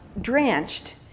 drenched